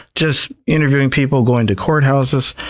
just interviewing people, going to courthouses.